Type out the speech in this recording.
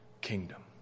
kingdom